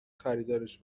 خریدارش